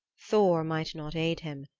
thor might not aid him,